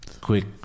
quick